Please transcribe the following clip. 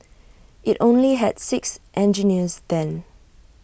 IT only had six engineers then